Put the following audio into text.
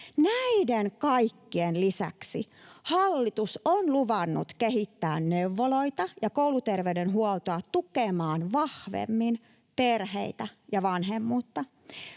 Näiden kaikkien lisäksi hallitus on luvannut kehittää neuvoloita ja kouluterveydenhuoltoa tukemaan vahvemmin perheitä ja vanhemmuutta,